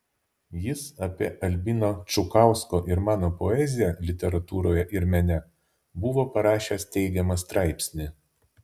jis apie albino čukausko ir mano poeziją literatūroje ir mene buvo parašęs teigiamą straipsnį